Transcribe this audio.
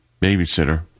babysitter